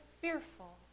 fearful